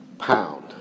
pound